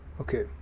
okay